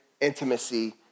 intimacy